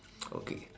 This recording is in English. okay